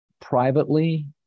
Privately